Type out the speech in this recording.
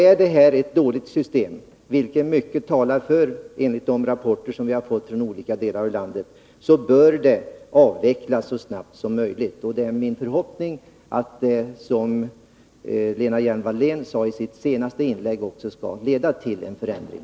Är det här ett dåligt system — vilket mycket talar för, enligt de rapporter som vi har fått från olika delar av landet, så bör det avvecklas så snart som möjligt. Det är min förhoppning att det som Lena Hjelm-Wallén sade i sitt senaste inlägg också skall leda till en förändring.